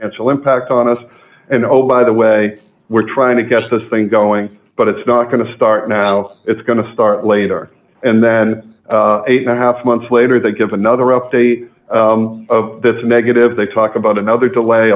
actual impact on us and oh by the way we're trying to get this thing going but it's not going to start now it's going to start later and then eight and a half months later they give another update of this negative they talk about another delay